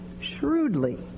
shrewdly